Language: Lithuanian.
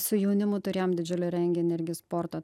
su jaunimu turėjom didžiulį renginį irgi sporto